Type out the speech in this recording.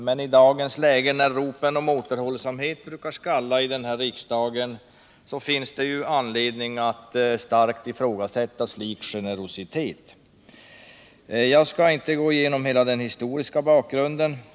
Men i dagens läge, när ropen om återhållsamhet skallar i denna riksdag, finns det anledning att starkt ifrågasätta slik generositet. Jag skall inte gå igenom hela den historiska bakgrunden.